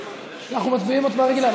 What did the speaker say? אנחנו מצביעים הצבעה רגילה.